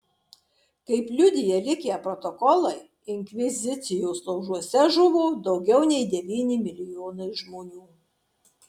kaip liudija likę protokolai inkvizicijos laužuose žuvo daugiau nei devyni milijonai žmonių